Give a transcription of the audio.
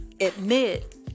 admit